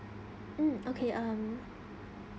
mm okay um